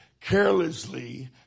carelessly